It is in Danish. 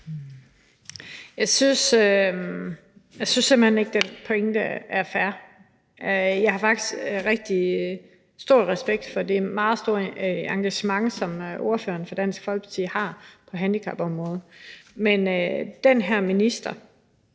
Jeg synes simpelt hen ikke, den pointe er fair. Jeg har faktisk rigtig stor respekt for det meget store engagement, som ordføreren fra Dansk Folkeparti har på handicapområdet, men ministeren